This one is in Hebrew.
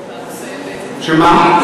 שמה?